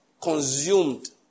consumed